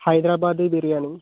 Hyderabadi biryani